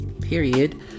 period